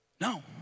No